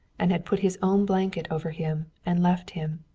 and had put his own blanket over him and left him.